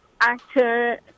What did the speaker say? actor